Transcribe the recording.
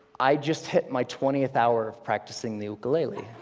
i just hit my twentieth hour of practicing the ukulele.